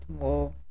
more